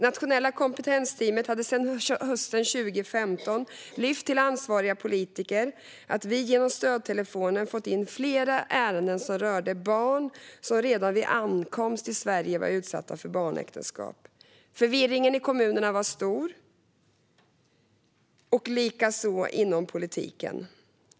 Nationella Kompetensteamet hade sedan hösten 2015 lyft till ansvariga politiker att man genom stödtelefonen fått in flera ärenden som rörde barn som redan vid ankomst till Sverige var utsatta för barnäktenskap. Förvirringen i kommunerna och inom politiken var stor.